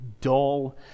dull